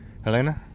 Helena